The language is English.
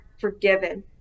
forgiven